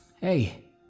Hey